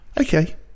okay